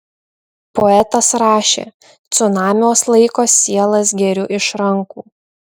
poetas rašė cunamiuos laiko sielas geriu iš rankų